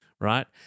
right